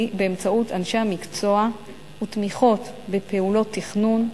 באמצעות אנשי המקצוע ותמיכות בפעולות תכנון,